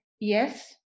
yes